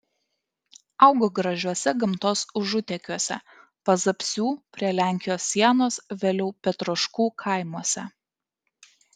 augo gražiuose gamtos užutekiuose pazapsių prie lenkijos sienos vėliau petroškų kaimuose